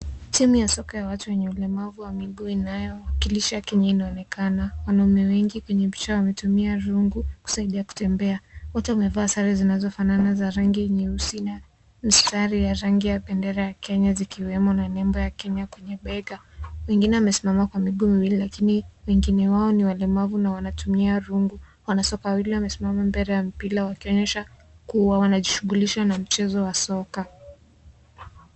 Timu ya soka ya watu wenye ulemavu wa miguu inayowakilisha kenya kinaonekana wanaume wengi kwenye picha wanstumia rungu kusaidia kutembea wote wamevaa sare zunazofanana za rangi nyeusi na mistari ya rangi bendera ya kenya zikiwemo na nembo ya kenya kwenye bega wengine wamesimama kwa mihuu miwili lakini wengine wao ni walemavu na wanatumia rungu. Wanashika wawili wamesimama mbele ya mpira wakionyesha kuwa wanajidhughulisha na michezi wa soka .